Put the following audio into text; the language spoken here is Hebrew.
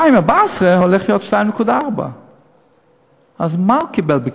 ב-2014 הולך להיות 2.4%. אז מה הוא קיבל בקריסה?